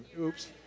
Oops